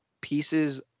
pieces